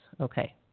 Okay